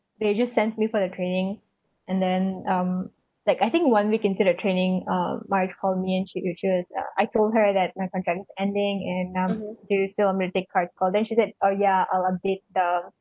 they just sent me for the training and then um like I think one week into the training uh marge called me and she were just uh I told her that my contract is ending and um do you still want me to take cards call then she said oh yeah I'll update the